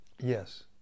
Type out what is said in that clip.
Yes